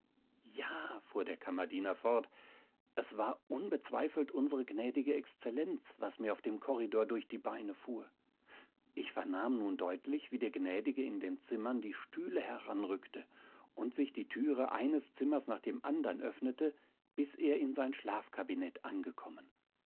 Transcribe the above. ja fuhr der kammerdiener fort es war unbezweifelt unsere gnädige exzellenz was mir auf dem korridor durch die beine fuhr ich vernahm nun deutlich wie der gnädige in den zimmern die stühle heranrückte und sich die türe eines zimmers nach dem andern öffnete bis er in sein schlafkabinett angekommen